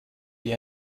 wie